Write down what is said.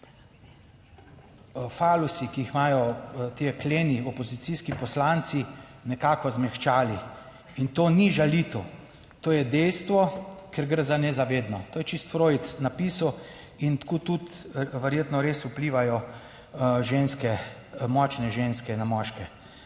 falusi, ki jih imajo ti jekleni opozicijski poslanci, nekako zmehčali. To ni žalitev, to je dejstvo, ker gre za nezavedno, to je čisto Freud napisal. In tako tudi verjetno res vplivajo ženske, močne ženske na moške,